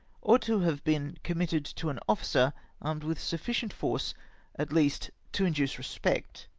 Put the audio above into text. ought to have been committed to an officer armed with sufficient force at least to induce respect.